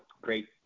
great